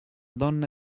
donna